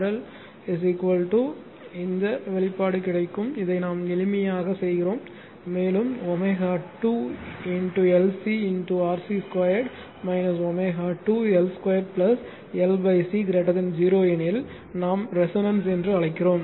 L இந்த வெளிப்பாடு கிடைக்கும் இதை நாம் எளிமையாகச் செய்கிறோம் மேலும் ω2 LC RC 2 ω2 L 2 LC 0 எனில் நாம் ரெசோனன்ஸ் என்று அழைக்கிறோம்